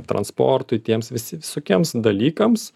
transportui tiems visi visokiems dalykams